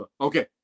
okay